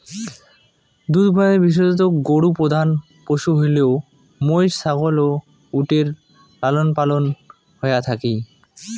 দুধ উৎপাদনে বিশেষতঃ গরু প্রধান পশু হইলেও মৈষ, ছাগল ও উটের লালনপালন হয়া থাকি